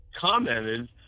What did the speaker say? commented